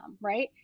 right